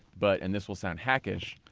but and this will sound hackish,